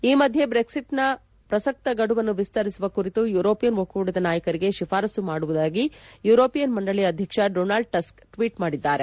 ಈ ಮಧ್ಯೆ ಬ್ರೆಕ್ಲಿಟ್ನ ಪ್ರಸಕ್ತ ಗಡುವನ್ನು ವಿಸ್ತರಿಸುವ ಕುರಿತು ಯುರೋಪಿಯನ್ ಒಕ್ಕೂಟದ ನಾಯಕರಿಗೆ ಶಿಫಾರಸ್ಲು ಮಾಡುವುದಾಗಿ ಯುರೋಪಿಯನ್ ಮಂಡಳಿ ಅಧ್ಯಕ್ಷ ಡೊನಾಲ್ಡ್ ಟಸ್ಕ್ ಟ್ವೀಟ್ ಮಾಡಿದ್ದಾರೆ